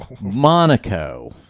Monaco